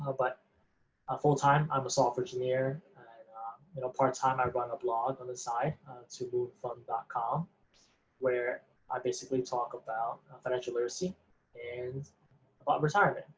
ah but ah full time i'm a software engineer and part time i run a blog on the site toofun dot com where i basically talk about financial literacy and retirement.